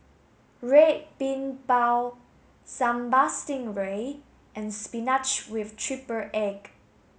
Red Bean Bao Sambal Stingray and spinach with triple egg